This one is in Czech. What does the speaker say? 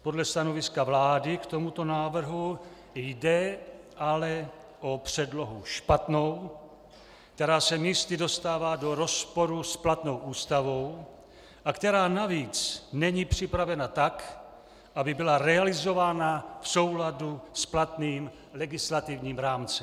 Podle stanoviska vlády k tomuto návrhu jde ale o předlohu špatnou, která se místy dostává do rozporu s platnou Ústavou a která navíc není připravena tak, aby byla realizována v souladu s platným legislativním rámcem.